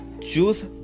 choose